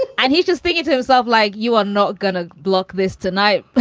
and he's just big in terms of like, you are not gonna block this tonight. but